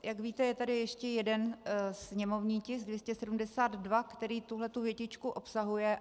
Jak víte, je tady ještě jeden sněmovní tisk 272, který tuhletu větičku obsahuje.